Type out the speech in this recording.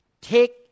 take